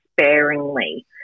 Sparingly